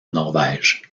norvège